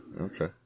Okay